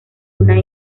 una